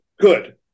Good